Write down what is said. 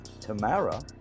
Tamara